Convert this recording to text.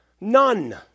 None